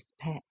pet